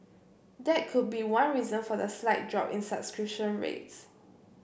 that could be one reason for the slight drop in subscription rates